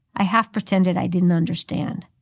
i half-pretended i didn't understand.